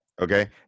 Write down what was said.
Okay